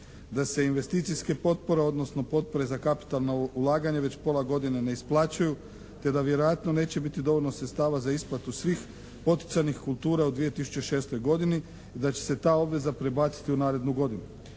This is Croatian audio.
Da se investicijske potpore odnosno potpore za kapitalna ulaganja već pola godine ne isplaćuju te da vjerojatno neće biti dovoljno sredstava za isplatu svih poticajnih kultura u 2006. godini i da će se ta obveza prebaciti u narednu godinu.